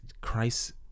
christ